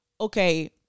okay